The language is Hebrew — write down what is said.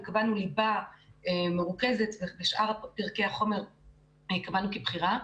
קבענו ליבה מרוכזת ושאר פרקי החומר קבענו כבחירה.